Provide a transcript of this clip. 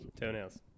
Toenails